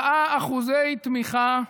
4% תמיכה,